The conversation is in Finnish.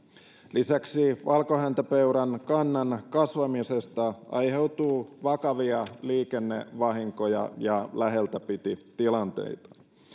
lisäksi valkohäntäpeuran kannan kasvamisesta aiheutuu vakavia liikennevahinkoja ja läheltä piti tilanteita